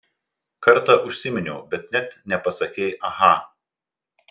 kartą užsiminiau bet net nepasakei aha